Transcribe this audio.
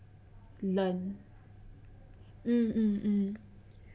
learned mmhmm